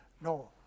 No